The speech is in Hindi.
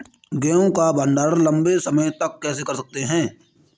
गेहूँ का भण्डारण लंबे समय तक कैसे कर सकते हैं?